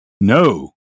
No